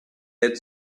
had